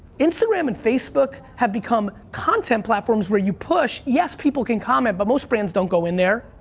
instagram and facebook have become content platforms where you push. yes, people can comment, but most brands don't go in there,